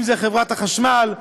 אם זה חברת החשמל,